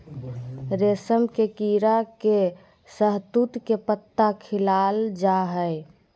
रेशम के कीड़ा के शहतूत के पत्ता खिलाल जा हइ